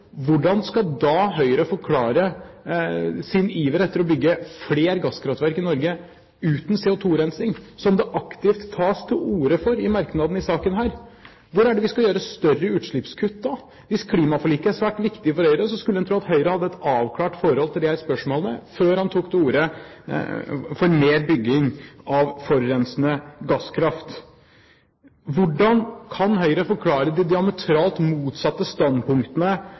hvordan skal da Høyre forklare sin iver etter å bygge flere gasskraftverk i Norge uten CO2-rensing, som det aktivt tas til ordet for i merknadene til saken her? Hvor er det vi skal gjøre større utslippskutt da? Hvis klimaforliket er svært viktig for Høyre, skulle man tro at Høyre hadde et avklart forhold til disse spørsmålene før man tok til orde for mer bygging av forurensende gasskraft. Hvordan kan Høyre forklare de diametralt motsatte standpunktene